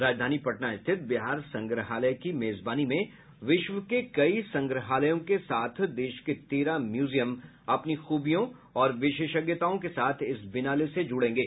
राजधानी पटना स्थित बिहार संग्रहालय की मेजबानी में विश्व के कई संग्रहालयों के साथ देश के तेरह म्यूजियम अपनी खूबियों और विशेषज्ञताओं के साथ इस बिनाले से जुड़ेंगे